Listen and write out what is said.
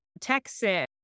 Texas